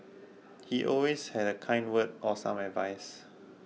he always had a kind word or some advice